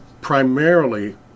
primarily